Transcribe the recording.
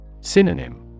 Synonym